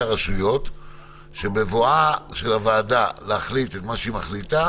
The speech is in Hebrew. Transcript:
הרשויות שבבואה של הוועדה להחליט את מה שהיא מחליטה